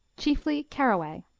chiefly caraway.